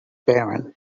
barren